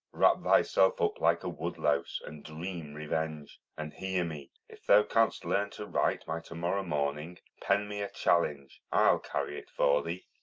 wrap thyself up like a woodlouse, and dream revenge. and, hear me, if thou canst learn to write by to-morrow morning, pen me a challenge. i'll carry it for thee.